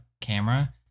camera